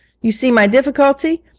you see my difficulty?